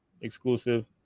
exclusive